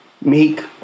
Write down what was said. Meek